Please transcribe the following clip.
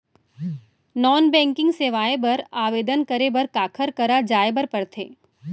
non banking सेवाएं बर आवेदन करे बर काखर करा जाए बर परथे